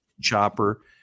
Chopper